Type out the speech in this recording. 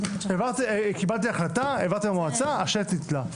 קיבלתי החלטה, העברתי במועצה, השלט נתלה.